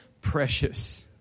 precious